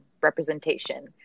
representation